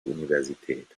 universität